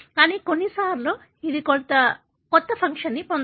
కానీ కొన్నిసార్లు ఇది కొత్త ఫంక్షన్ను పొందవచ్చు